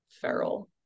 feral